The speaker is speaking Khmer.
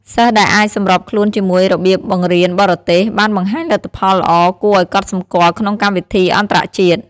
សិស្សដែលអាចសម្របខ្លួនជាមួយរបៀបបង្រៀនបរទេស បានបង្ហាញលទ្ធផលល្អគួរឲ្យកត់សម្គាល់ក្នុងកម្មវិធីអន្តរជាតិ។